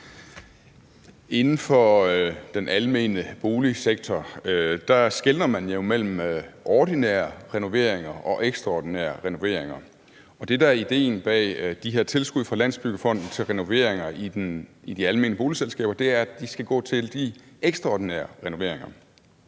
Inden for den almene boligsektor skelner man jo mellem ordinære renoveringer og ekstraordinære renoveringer. Og det, der er ideen bag de her tilskud fra Landsbyggefonden til renoveringer i de almene boligselskaber, er, at de skal gå til de ekstraordinære renoveringer.